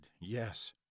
yes